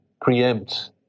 preempt